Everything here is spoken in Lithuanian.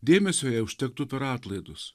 dėmesio jai užtektų per atlaidus